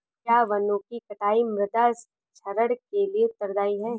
क्या वनों की कटाई मृदा क्षरण के लिए उत्तरदायी है?